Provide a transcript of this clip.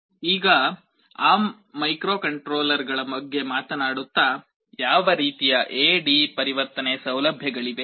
ಈಗ ARM ಮೈಕ್ರೊಕಂಟ್ರೋಲರ್ಗಳ ಬಗ್ಗೆ ಮಾತನಾಡುತ್ತಾ ಯಾವ ರೀತಿಯ ಎ ಡಿ ಪರಿವರ್ತನೆ ಸೌಲಭ್ಯಗಳಿವೆ